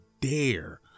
dare